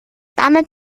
dabei